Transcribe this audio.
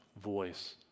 voice